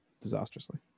disastrously